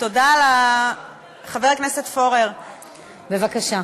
חבר הכנסת פורר, בבקשה.